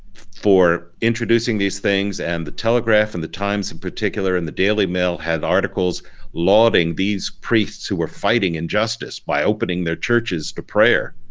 for introducing these things and the telegraph and the times in particular and the daily mail had articles lauding these priests who were fighting injustice by opening their churches to prayer.